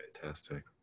fantastic